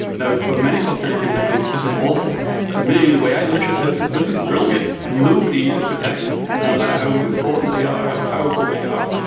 for many costa ricans they think this is awful. to me, the way i look at this is this is brilliant, nobody is protected, no matter how important they are, how powerful they are.